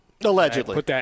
Allegedly